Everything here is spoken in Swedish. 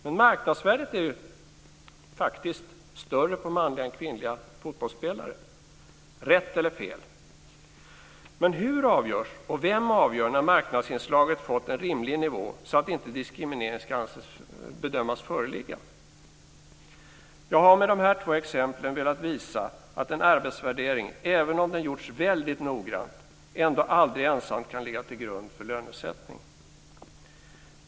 Men marknadsvärdet är faktiskt större på manliga än kvinnliga fotbollsspelare - rätt eller fel. Men hur avgörs, och vem avgör, när marknadsinslaget har fått rimlig nivå så att diskriminering inte ska bedömas föreligga? Jag har med dessa två exempel velat visa att en arbetsvärdering, även om den har gjorts noggrant, ändå aldrig ensam kan ligga till grund för lönesättning.